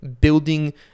building